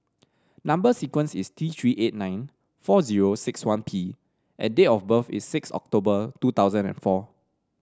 number sequence is T Three eight nine four zero six one P and date of birth is six October two thousand and four